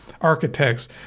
architects